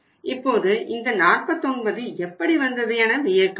இப்போது இந்த 49 எப்படி வந்தது என வியக்கலாம்